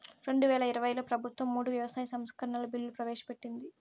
రెండువేల ఇరవైలో ప్రభుత్వం మూడు వ్యవసాయ సంస్కరణల బిల్లులు ప్రవేశపెట్టింది